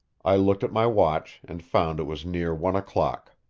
i looked at my watch, and found it was near one o'clock.